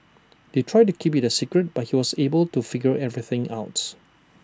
they tried to keep IT A secret but he was able to figure everything out